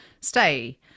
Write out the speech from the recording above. stay